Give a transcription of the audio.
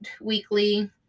weekly